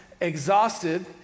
exhausted